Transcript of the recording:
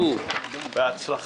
הצבעה בעד הפניות רוב נגד,